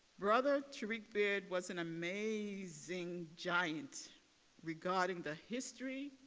brother derrick beard was an amazing giant regarding the history,